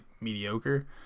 mediocre